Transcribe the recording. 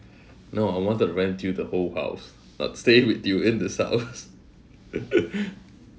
no I wanted to rent you the whole house not staying with you in this house